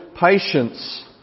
patience